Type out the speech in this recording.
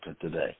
today